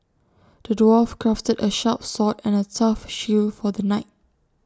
the dwarf crafted A sharp sword and A tough shield for the knight